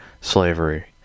slavery